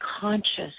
conscious